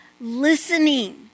listening